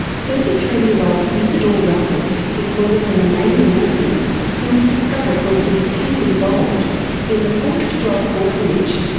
thirty three year old izidor ruckel is one of the romanian orphans who was discovered when he was ten years old in the fortress-like orphanage,